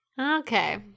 Okay